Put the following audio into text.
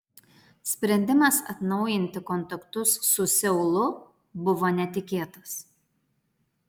sprendimas atnaujinti kontaktus su seulu buvo netikėtas